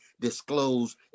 disclose